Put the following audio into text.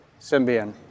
Symbian